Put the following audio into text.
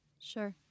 sure